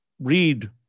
read